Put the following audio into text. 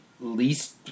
least